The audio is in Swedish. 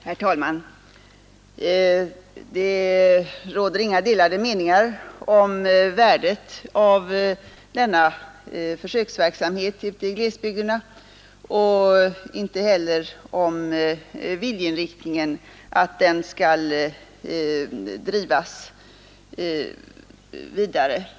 Herr talman! Det råder inga delade meningar om värdet av denna försöksverksamhet ute i glesbygderna och inte heller om viljeinriktningen; försöksverksamheten skall drivas vidare.